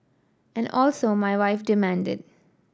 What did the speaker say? and also my wife demanded